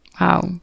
Wow